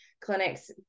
clinics